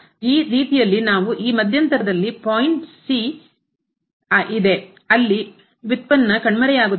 ಆದ್ದರಿಂದ ಈ ರೀತಿಯಲ್ಲಿ ನಾವು ಈ ಮಧ್ಯಂತರದಲ್ಲಿ ಪಾಯಿಂಟ್ © ಇದೆ ಅಲ್ಲಿ ಉತ್ಪನ್ನ ಕಣ್ಮರೆಯಾಗುತ್ತದೆ